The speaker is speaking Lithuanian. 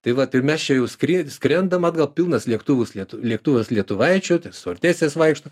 tai vat ir mes čia jau skryd skrendam atgal pilnas lėktuvus lėktuvas lietuvaičių stiuardesės vaikšto